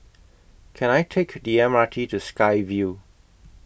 Can I Take The M R T to Sky Vue